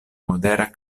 modera